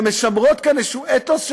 שמשמרות כאן איזשהו אתוס,